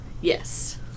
Yes